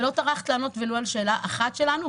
ולא טרחת לענות ולו על שאלה אחת שלנו,